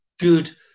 good